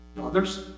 Others